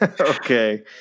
Okay